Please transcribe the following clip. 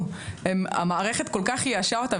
בכלל, אני חושבת שהתפקיד שלכם הוא הכי חשוב.